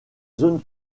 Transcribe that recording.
zone